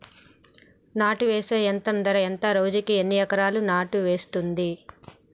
నాటు వేసే యంత్రం ధర ఎంత రోజుకి ఎన్ని ఎకరాలు నాటు వేస్తుంది?